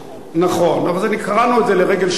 נכון, אבל קראנו את זה לרגל שבועות.